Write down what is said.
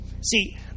See